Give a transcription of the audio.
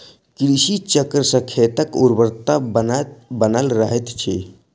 कृषि चक्र सॅ खेतक उर्वरता बनल रहैत अछि